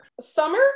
summer